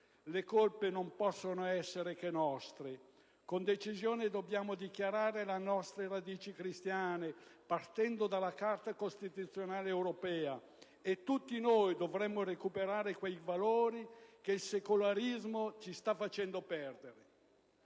Le colpe non possono che essere nostre. Dobbiamo dichiarare le nostre radici cristiane con decisione partendo dalla Carta costituzionale europea: tutti noi dovremmo recuperare quei valori che il secolarismo ci sta facendo perdere.